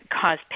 cause